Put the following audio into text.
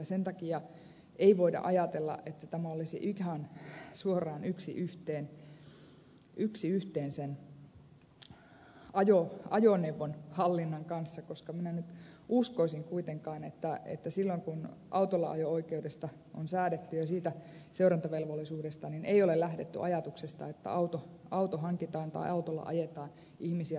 sen takia ei voida ajatella että tämä olisi ihan suoraan yksi yhteen ajoneuvon hallinnan kanssa koska minä nyt uskoisin kuitenkin että silloin kun autolla ajo oikeudesta on säädetty ja siitä seurantavelvollisuudesta ei ole lähdetty ajatuksesta että joku hankkii auton tai ajaa autolla ihmisiä tappaakseen